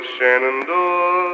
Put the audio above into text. Shenandoah